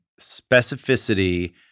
specificity